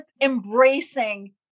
embracing